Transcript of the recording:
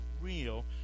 real